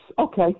Okay